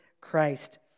Christ